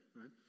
right